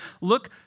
Look